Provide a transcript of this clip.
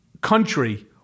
country